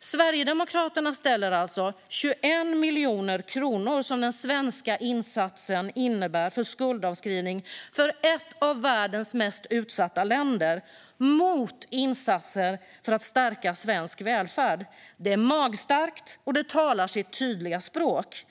Sverigedemokraterna ställer alltså 21 miljoner kronor, som den svenska insatsen innebär för skuldavskrivning för ett av världens mest utsatta länder, mot insatser för att stärka svensk välfärd. Det är magstarkt, och det talar sitt tydliga språk.